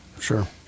sure